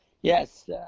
yes